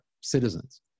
citizens